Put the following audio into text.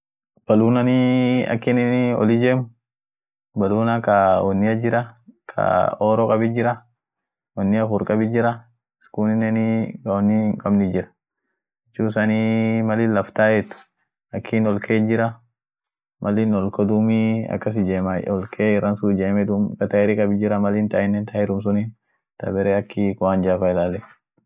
Bootinii ak ishin bisaar ijaamt, ak ishin midaasa kabd sun. ak ishin midaasa kabd sun sheepu ishian sun dandeete bisan hinlilimtu. ak ishin midaasa kabd sun hanfaleamu hiulfaati ak ishin bisaar hijeemt. bisanii ak ishin midaasa kabd sunt bisaar ijeemsisaa dandeete hinlilimtu, ak ishin lilimtuyu hinkabdu maana akas midaasa kabdi